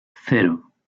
cero